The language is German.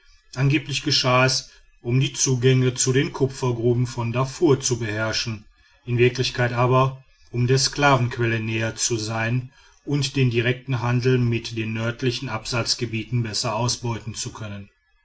angeblich geschah es um die zugänge zu den kupfergruben von darfur zu beherrschen in wirklichkeit aber um der sklavenquelle näher zu sein und den direkten handel mit den nördlichen absatzgebieten besser ausbeuten zu können